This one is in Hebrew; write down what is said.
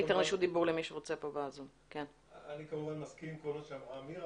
אני כמובן מסכים עם כל מה שאמרה מירה,